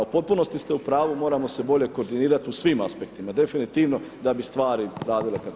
U potpunosti ste u pravu moramo se bolje koordinirati u svim aspektima, definitivno da bi stvari radile kako treba.